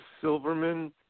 Silverman